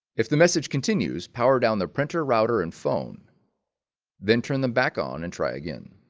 if the message continues power down their printer, router, and phone then turn them back on and try again